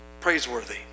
praiseworthy